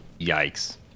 Yikes